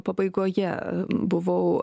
pabaigoje buvau